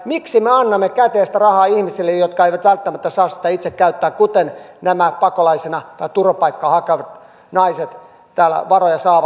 miksi me annamme käteistä rahaa ihmisille jotka eivät välttämättä saa sitä itse käyttää kuten nämä pakolais tai turvapaikkaa hakevat naiset täällä varoja saavat